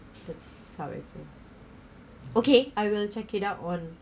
this how I feel okay I will check it out on